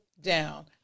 down